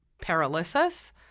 paralysis